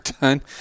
done